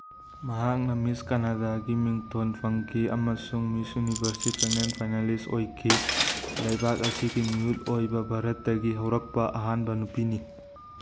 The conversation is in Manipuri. ꯃꯍꯥꯛꯅ ꯃꯤꯁ ꯀꯅꯗꯥꯒꯤ ꯃꯤꯡꯊꯣꯜ ꯐꯪꯈꯤ ꯑꯃꯁꯨꯡ ꯃꯤꯁ ꯌꯨꯅꯤꯚꯔꯁ ꯐꯤꯃꯦꯜ ꯐꯤꯅꯥꯂꯤꯁ ꯑꯣꯏꯈꯤ ꯂꯩꯕꯥꯛ ꯑꯁꯤꯒꯤ ꯃꯤꯍꯨꯠ ꯑꯣꯏꯕ ꯚꯥꯔꯠꯇꯒꯤ ꯍꯧꯔꯛꯄ ꯑꯍꯥꯟꯕ ꯅꯨꯄꯤꯅꯤ